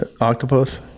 octopus